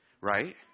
Right